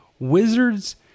Wizards